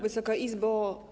Wysoka Izbo!